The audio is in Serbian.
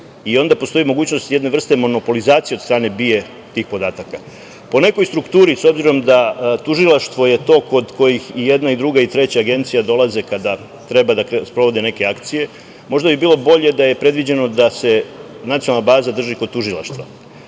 i onda postoji mogućnost jedne vrste monopolizacije od strane BIA tih podataka. Po nekoj strukturi, s obzirom da je tužilaštvo to kod kojih i jedna i druga i treća agencija dolaze kada treba da sprovode neke akcije, možda bi bilo bolje da je predviđeno da se nacionalna baza drži kod tužilaštva. Sa